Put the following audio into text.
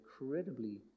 incredibly